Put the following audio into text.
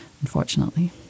unfortunately